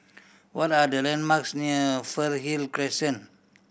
what are the landmarks near Fernhill Crescent